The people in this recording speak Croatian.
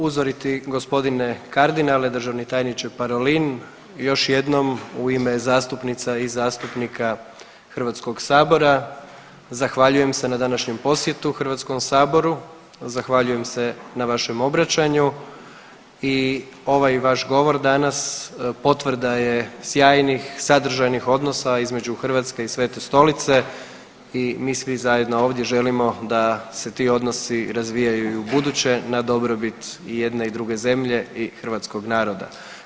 Uzoriti gospodine kardinale državni tajniče Parolin još jednom u ime zastupnica i zastupnika Hrvatskog sabora zahvaljujem se na današnjem posjetu HS, zahvaljujem se na vašem obraćanju i ovaj vaš govor danas potvrda je sjajnih i sadržajnih odnosa između Hrvatske i Svete Stolice i mi svi zajedno ovdje želimo da se ti odnosi razvijaju i ubuduće na dobrobit i jedne i druge zemlje i hrvatskog naroda.